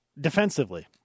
defensively